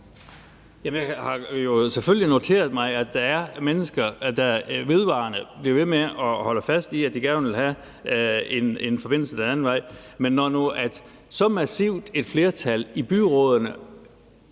Jeg har jo selvfølgelig noteret mig, at der er mennesker, der bliver ved med at holde fast i, at de gerne vil have en forbindelse den anden vej. Men der har jo været et så massivt flertal for det